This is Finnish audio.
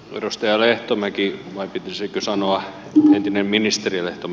edustaja lehtomäki vai pitäisikö sanoa nuutinen ministeriö on